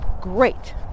great